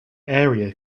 area